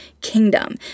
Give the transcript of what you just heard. kingdom